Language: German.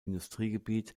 industriegebiet